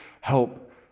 help